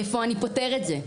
איפה אני פותר את זה?